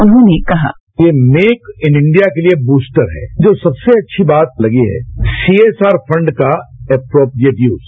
उन्होंने कहा ये मेक इन इंडिया के लिए व्रस्टर है जो सबसे अच्छी बात लगी है सी एस आर फंड का एप्रोपिरेट यूज